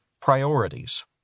priorities